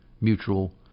mutual